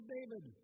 David